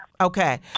Okay